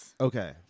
Okay